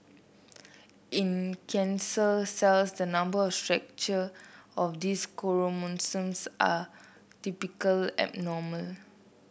in cancer cells the number and structure of these chromosomes are typically abnormal